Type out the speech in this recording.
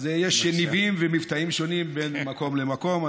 יש ניבים ומבטאים שונים בין מקום למקום.